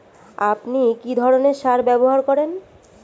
আপনি কী ধরনের সার ব্যবহার করেন?